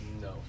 No